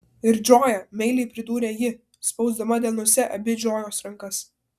ir džoja meiliai pridūrė ji spausdama delnuose abi džojos rankas